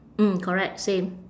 mm correct same